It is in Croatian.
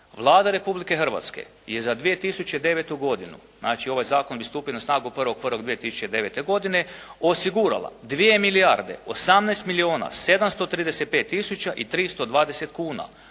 Vlada Republike Hrvatske je za 2009. godinu, znači ovaj zakon bi stupio na snagu 1. 1. 2009. godine osigurala 2 milijarde 18 milijuna 735 tisuća i 320 kuna,